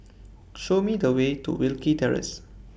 Show Me The Way to Wilkie Terrace